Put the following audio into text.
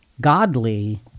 godly